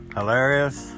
Hilarious